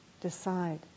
decide